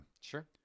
Sure